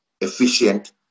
efficient